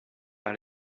par